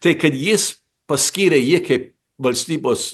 tai kad jis paskyrė jį kaip valstybos